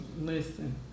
Listen